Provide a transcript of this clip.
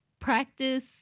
Practice